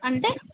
అంటే